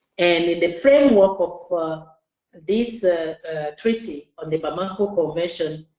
and in the framework of ah this ah treaty of the bamako convention,